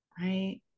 right